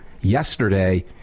yesterday